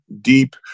deep